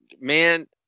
man